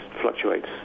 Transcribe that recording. fluctuates